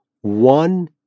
one